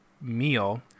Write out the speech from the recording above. meal